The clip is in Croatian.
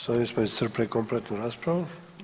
Sa ovim smo iscrpili kompletnu raspravu.